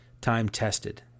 time-tested